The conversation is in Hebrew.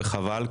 וחבל,